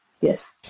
yes